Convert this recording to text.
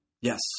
Yes